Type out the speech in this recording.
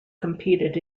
competed